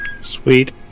Sweet